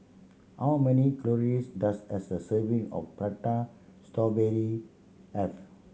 how many calories does a sir serving of Prata Strawberry have